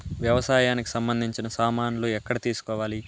వ్యవసాయానికి సంబంధించిన సామాన్లు ఎక్కడ తీసుకోవాలి?